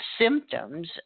symptoms